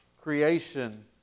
Creation